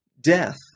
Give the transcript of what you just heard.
death